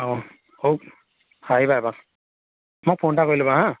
অঁ মোক ফোন এটা কৰি ল'বা হা